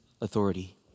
authority